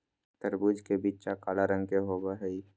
तरबूज के बीचा काला रंग के होबा हई